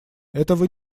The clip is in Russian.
этого